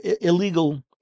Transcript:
illegal